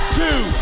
two